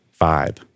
vibe